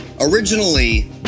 originally